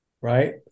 right